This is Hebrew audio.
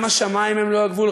גם השמים הם לא הגבול.